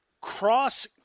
Cross